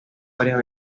varias